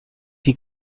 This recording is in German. die